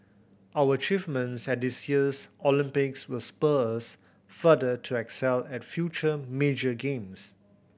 our achievements at this year's Olympics will spur us further to excel at future major games